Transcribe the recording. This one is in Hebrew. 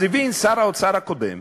אז הבין שר האוצר הקודם,